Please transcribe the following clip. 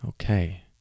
Okay